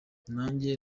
nanjye